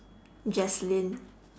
jacelyn